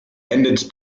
ended